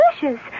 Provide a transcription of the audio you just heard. delicious